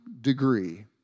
degree